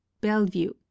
Bellevue